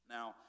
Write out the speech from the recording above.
Now